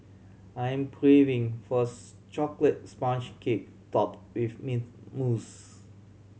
I am craving for chocolate sponge cake top with mint mousse